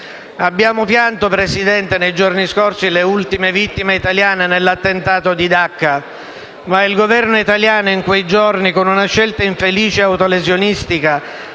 Abbiamo pianto, Presidente, nei giorni scorsi le ultime vittime italiane nell'attentato di Dacca, ma il Governo italiano in quei giorni, con una scelta infelice ed autolesionistica,